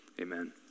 amen